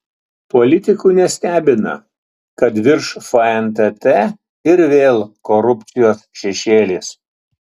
politikų nestebina kad virš fntt ir vėl korupcijos šešėlis